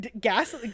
Gas